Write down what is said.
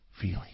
feeling